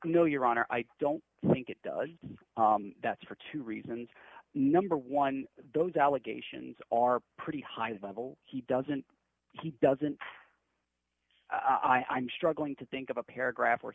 no your honor i don't think it does that's for two reasons number one those allegations are pretty high level he doesn't he doesn't i'm struggling to think of a paragraph or